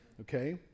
Okay